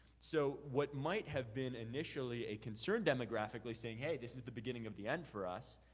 so what might have been initially a concern demographically, saying, hey, this is the beginning of the end for us,